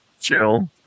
Chill